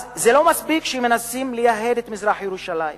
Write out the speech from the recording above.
אז לא מספיק שמנסים לייהד את מזרח-ירושלים,